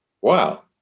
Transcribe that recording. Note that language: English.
Wow